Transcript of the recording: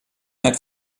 net